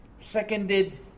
seconded